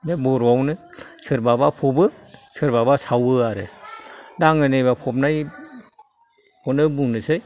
बे बर'आवनो सोरबाबा फबो सोरबाबा सावो आरो दा आङो नैबाव फबनाय खौनो बुंनोसै